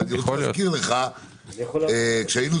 אני מזכיר לך, כשהיינו